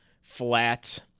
flat